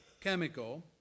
chemical